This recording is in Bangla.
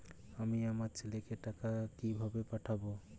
আমি আমার ছেলেকে টাকা কিভাবে পাঠাব?